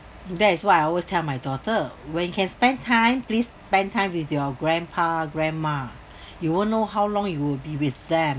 that is why I always tell my daughter when you can spend time please spend time with your grandpa grandma you won't know how long you will be with them